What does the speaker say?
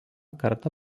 kartą